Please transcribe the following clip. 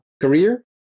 career